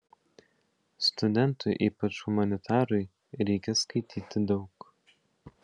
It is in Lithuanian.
studentui ypač humanitarui reikia skaityti daug